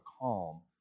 calm